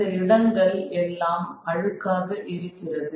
இந்த இடங்கள் எல்லாம் அழுக்காக இருக்கிறது